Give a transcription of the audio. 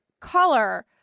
color